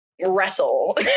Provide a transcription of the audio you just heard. wrestle